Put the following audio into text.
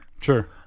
Sure